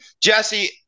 Jesse